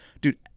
Dude